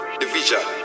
division